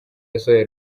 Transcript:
yasohoye